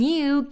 New